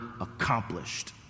accomplished